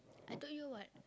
I told you [what]